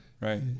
Right